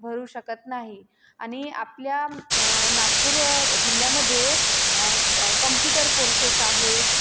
भरू शकत नाही आणि आपल्या न नागपूर जिल्ह्यामध्ये कम्प्युटर कोर्सेस आहे